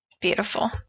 Beautiful